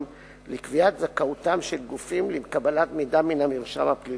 לקביעת זכאותם של גופים לקבלת מידע מן המרשם הפלילי.